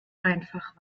einfach